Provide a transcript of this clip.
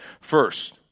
First